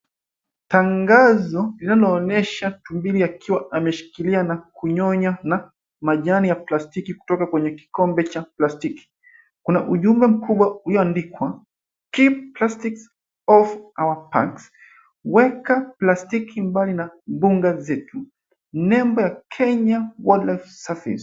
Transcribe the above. Tangazo linaloonyesha tumbili akiwa ameshikilia na kunyonya na majani ya plastiki kutoka kwenye kikombe cha plastiki. Kuna ujumbe mkubwa ulioandikwa Keep Plastics Off Our Parks ; Weka Plastiki Mbali na Mbuga Zetu, nembo ya Kenya Wildlife Service.